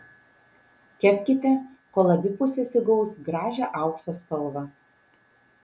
kepkite kol abi pusės įgaus gražią aukso spalvą